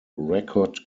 record